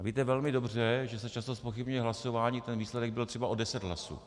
A víte velmi dobře, že se často zpochybňuje hlasování, kdy výsledek byl třeba o deset hlasů.